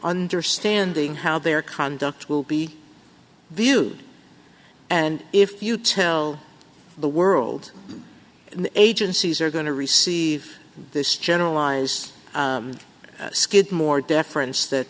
understanding how their conduct will be viewed and if you tell the world the agencies are going to receive this generalized skidmore deference that